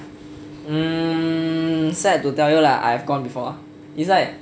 hmm I'm sad to tell you lah I have gone before it's like